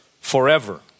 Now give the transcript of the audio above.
forever